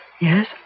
Yes